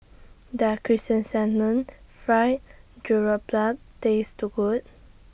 Does Chrysanthemum Fried Garoupa Taste Good